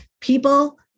people